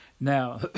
Now